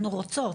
אנחנו רוצות.